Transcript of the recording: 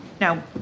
Now